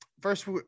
first